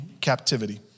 captivity